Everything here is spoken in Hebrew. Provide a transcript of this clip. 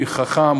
חכם,